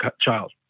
child